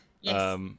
Yes